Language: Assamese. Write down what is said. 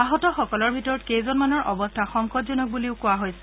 আহতসকলৰ ভিতৰত কেইজনমানৰ অৱস্থা সংকটজনক বুলি কোৱা হৈছে